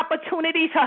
opportunities